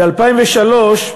ב-2003,